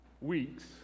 weeks